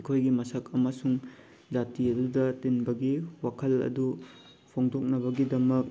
ꯑꯩꯈꯣꯏꯒꯤ ꯃꯁꯛ ꯑꯃꯁꯨꯡ ꯖꯥꯇꯤ ꯑꯗꯨꯗ ꯇꯤꯟꯕꯒꯤ ꯃꯁꯛ ꯑꯗꯨ ꯐꯣꯡꯗꯣꯛꯅꯕꯒꯤꯗꯃꯛ